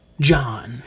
John